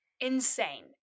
insane